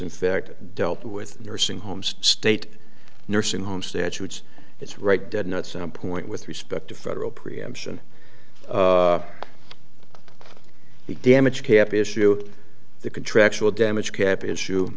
in fact dealt with nursing homes state nursing home statutes it's right dead not some point with respect to federal preemption the damage happy issue the contractual damage cap is